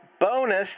Bonus